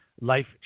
Life